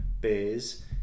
beers